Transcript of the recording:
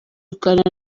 kuganira